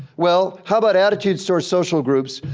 well, how about attitudes towards social groups?